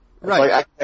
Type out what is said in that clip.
Right